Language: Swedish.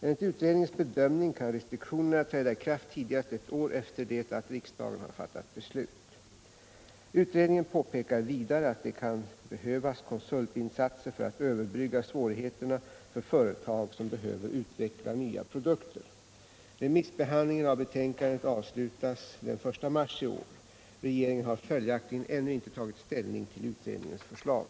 Enligt utredningens bedömning kan restriktioner träda i kraft tidigast ett år efter det att riksdagen har fattat beslut. Utredningen påpekar vidare att det kan behövas konsultinsatser för att överbrygga svårigheterna för företag som behöver utveckla nya produkter. Remissbehandlingen av betänkandet avslutas den 1 mars i år. Regeringen har följaktligen ännu inte tagit ställning till utredningens förslag.